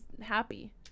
happy